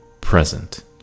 present